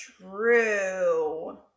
true